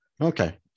Okay